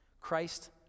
Christ